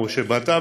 משה באטה,